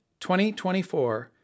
2024